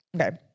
okay